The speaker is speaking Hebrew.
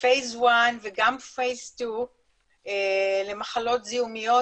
של שלב 1 וגם שלב 2 למחלות זיהומיות,